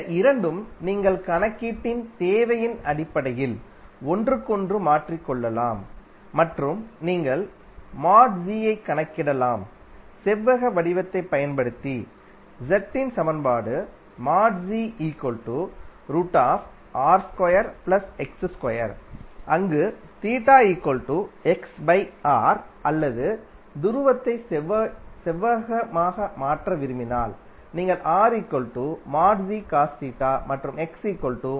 இந்த இரண்டும் நீங்கள் கணக்கீட்டின் தேவையின் அடிப்படையில் ஒன்றுக்கொன்று மாற்றிக் கொள்ளலாம் மற்றும் நீங்கள் ஐ கணக்கிடலாம் செவ்வக வடிவத்தைப் பயன்படுத்தி Z இன் சமன்பாடு அங்கு அல்லது துருவத்தை செவ்வகமாக மாற்ற விரும்பினால் நீங்கள் மற்றும்